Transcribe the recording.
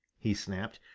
he snapped.